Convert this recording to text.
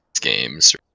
games